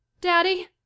Daddy